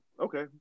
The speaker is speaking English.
okay